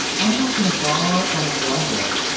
unlike in a bar or on grindr,